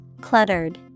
Cluttered